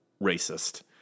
Racist